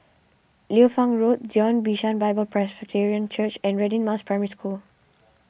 Liu Fang Road Zion Bishan Bible Presbyterian Church and Radin Mas Primary School